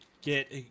get